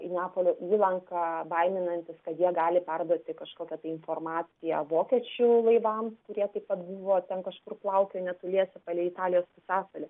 į neapolio įlanką baiminasi kad jie gali perduoti kažkokią tai informaciją vokiečių laivams kurie taip pat buvo ten kažkur plaukiojo netoliese palei italijos pusiasalį